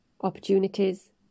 opportunities